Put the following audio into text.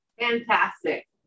Fantastic